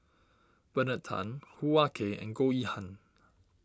Bernard Tan Hoo Ah Kay and Goh Yihan